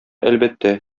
әлбәттә